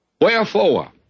Wherefore